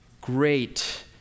great